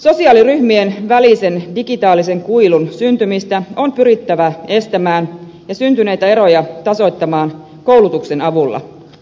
sosiaaliryhmien välisen digitaalisen kuilun syntymistä on pyrittävä estämään ja syntyneitä eroja tasoittamaan koulutuksen avulla